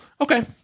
Okay